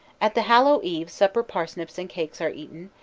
at the hallow eve supper parsnips and cakes are eaten,